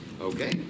Okay